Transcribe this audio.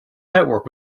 network